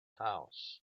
house